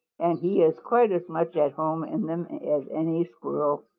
and he is quite as much at home in them as any squirrel.